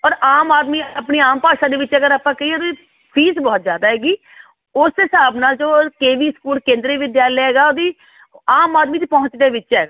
ਔਰ ਆਮ ਆਦਮੀ ਆਪਣੀ ਆਮ ਭਾਸ਼ਾ ਦੇ ਵਿੱਚ ਅਗਰ ਆਪਾਂ ਕਹੀਏ ਉਹਦੀ ਫੀਸ ਬਹੁਤ ਜ਼ਿਆਦਾ ਹੈਗੀ ਉਸ ਹਿਸਾਬ ਨਾਲ ਜੋ ਕੇ ਵੀ ਸਕੂਲ ਕੇਂਦਰੀ ਵਿਦਿਆਲਿਆ ਹੈਗਾ ਉਹਦੀ ਆਮ ਆਦਮੀ ਦੀ ਪਹੁੰਚ ਦੇ ਵਿੱਚ ਹੈਗਾ